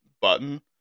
button